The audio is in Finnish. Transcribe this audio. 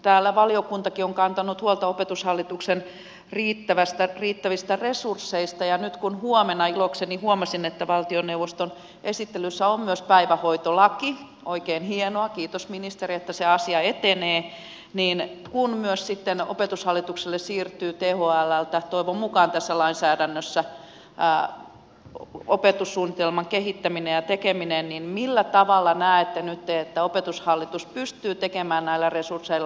täällä valiokuntakin on kantanut huolta opetushallituksen riittävistä resursseista ja nyt kun ilokseni huomasin että huomenna valtioneuvoston esittelyssä on myös päivähoitolaki oikein hienoa kiitos ministeri että se asia etenee niin kun myös sitten opetushallitukselle siirtyy thlltä toivon mukaan tässä lainsäädännössä opetussuunnitelman kehittäminen ja tekeminen niin millä tavalla näette nyt että opetushallitus pystyy sitä tekemään näillä resursseilla